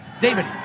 David